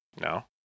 No